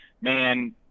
man